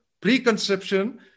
preconception